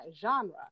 genre